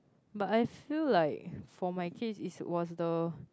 but I feel like for my case is was the